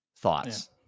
thoughts